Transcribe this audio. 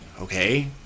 okay